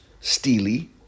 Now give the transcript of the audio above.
steely